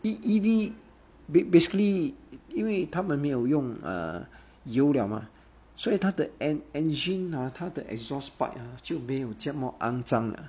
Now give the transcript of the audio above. !ee! E_V basically 因为他们没有用 err 油了嘛所以它的 and engine 那它的 exhaust pipe 就没有这么肮脏了